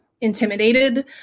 intimidated